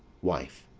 wife.